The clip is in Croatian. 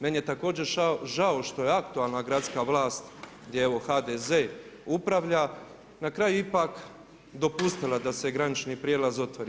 Meni je također žao što je aktualna gradska vlast gdje evo HDZ upravlja, na kraju ipak dopustila da se granični prijelaz otvori.